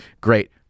great